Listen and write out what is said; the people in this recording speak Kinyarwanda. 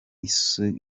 isi